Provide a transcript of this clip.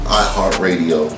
iHeartRadio